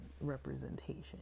representation